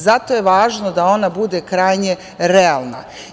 Zato je važno da ona bude krajnje realna.